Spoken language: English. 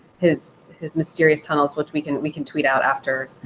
his his mysterious tunnels, which we can we can tweet out afterwards